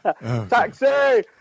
Taxi